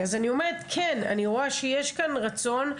אני רואה שיש כאן רצון,